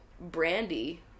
brandy